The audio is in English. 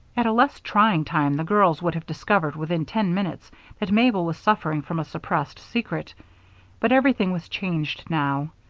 at a less trying time the girls would have discovered within ten minutes that mabel was suffering from a suppressed secret but everything was changed now.